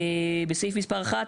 בסעיף מספר (1),